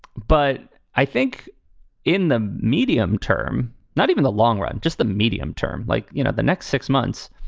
but i think in the medium term, not even the long run, just the medium term, like, you know, the next six months,